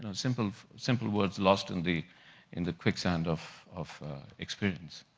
ah simple simple words lost in the in the quicksand of of experience.